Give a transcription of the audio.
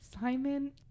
Simon